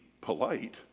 polite